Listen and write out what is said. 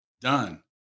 done